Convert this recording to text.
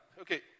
Okay